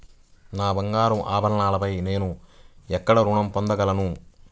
నా బంగారు ఆభరణాలపై నేను ఎక్కడ రుణం పొందగలను?